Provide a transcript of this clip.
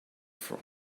from